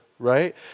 right